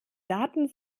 daten